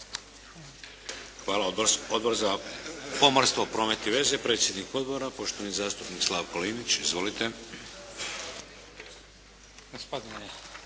Hvala. Odbor za pomorstvo, promet i veze. Predsjednik odbora poštovani zastupnik Slavko Linić. Izvolite.